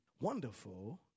wonderful